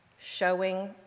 Showing